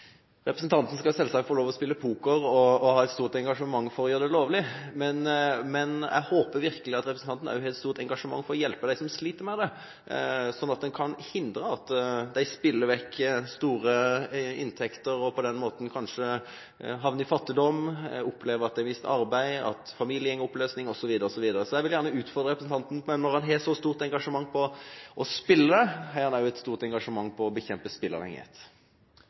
Representanten skal selvsagt få lov til å spille poker og ha et stort engasjement for å gjøre det lovlig, men jeg håper virkelig at representanten også har et stort engasjement for å hjelpe dem som sliter med det, sånn at en kan hindre at de spiller vekk store inntekter og på den måten kanskje havner i fattigdom, opplever å miste arbeidet, at familien går i oppløsning osv. Så jeg vil gjerne utfordre representanten på det: Når han har så stort engasjement for å spille, har han da også et stort engasjement for å bekjempe